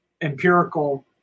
empirical